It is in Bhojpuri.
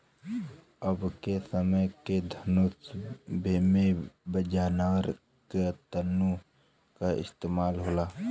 अबके समय के धनुष में भी जानवर के तंतु क इस्तेमाल होला